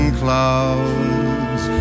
clouds